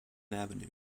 avenue